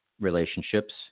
relationships